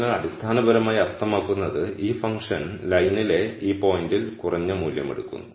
അതിനാൽ അടിസ്ഥാനപരമായി അർത്ഥമാക്കുന്നത് ഈ ഫംഗ്ഷൻ ലൈനിലെ ഈ പോയിന്റിൽ കുറഞ്ഞ മൂല്യം എടുക്കുന്നു